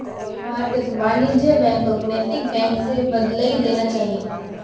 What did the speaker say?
भारतत वाणिज्यिक बैंकक नैतिक बैंक स बदलइ देना चाहिए